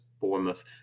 Bournemouth